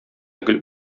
гел